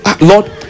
Lord